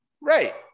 Right